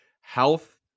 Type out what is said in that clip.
Health